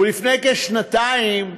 ולפני כשנתיים,